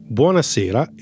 buonasera